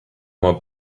more